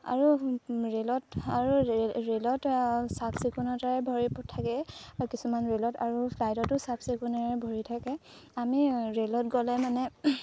আৰু ৰে'লত আৰু ৰে'লত চাফচিকুণতাৰে ভৰি থাকে কিছুমান ৰেলত আৰু ফ্লাইটতো চাফচিকুণেৰে ভৰি থাকে আমি ৰে'লত গ'লে মানে